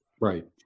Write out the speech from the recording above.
right